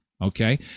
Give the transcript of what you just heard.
okay